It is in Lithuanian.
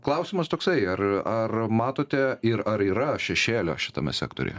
klausimas toksai ar ar matote ir ar yra šešėlio šitame sektoriuje